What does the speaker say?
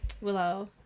Willow